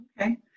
Okay